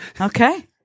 Okay